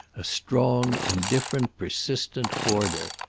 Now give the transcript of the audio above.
a strong indifferent persistent order.